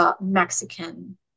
Mexican